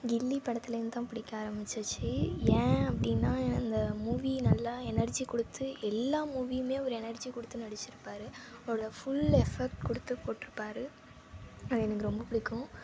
கில்லி படத்துலேருந்து தான் பிடிக்க ஆரம்மிச்சிச்சி ஏன் அப்படின்னா அந்த மூவி நல்லா எனர்ஜி கொடுத்து எல்லா மூவியும் ஒரு எனர்ஜி கொடுத்து நடிச்சிருப்பர் அவரோடய ஃபுல் எஃபெக்ட் கொடுத்து போட்ருப்பார் அது எனக்கு ரொம்ப பிடிக்கும்